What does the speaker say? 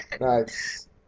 Nice